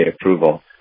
approval